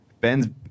Ben's